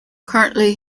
currently